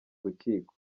urukiko